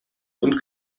und